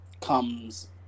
comes